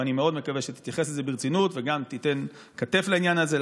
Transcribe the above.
ואני מאוד מקווה שתתייחס לזה ברצינות וגם תיתן כתף לעניין הזה,